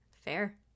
fair